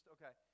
okay